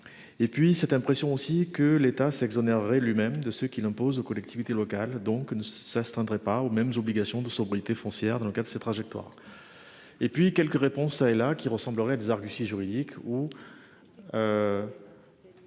Et puis cette impression aussi que l'État s'exonérer lui-même de ce qu'il impose aux collectivités locales, donc ça se tiendrait pas aux mêmes obligations de sobriété foncière dans le cas de sa trajectoire. Et puis quelques réponses à et là qui ressemblerait des arguties juridiques